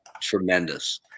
tremendous